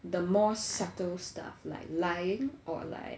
the more subtle stuff like lying or like